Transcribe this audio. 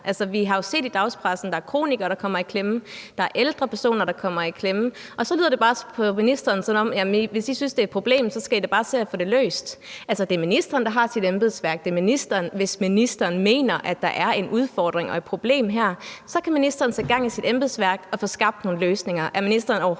Vi har jo set i dagspressen, at der er kronikere, der kommer i klemme, og at der er ældre personer, der kommer i klemme, og så lyder det bare på ministeren, som om vi, hvis vi synes, der er et problem, så da bare skal se at få det løst. Altså, det er ministeren, der har sit embedsværk, og ministeren kan, hvis ministeren mener, at der her er en udfordring og et problem, sætte gang i sit embedsværk og få skabt nogle løsninger. Er ministeren overhovedet